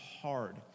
hard